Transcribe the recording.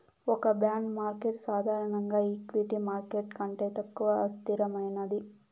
ఒక bond market సాధారణంగా equity market కంటే తక్కువ అస్థిరమైనది